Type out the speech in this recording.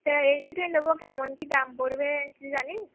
তা এলজিটাই নেব কেমন কী দাম পড়বে তুই জানিস